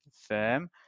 firm